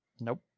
nope